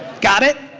got it?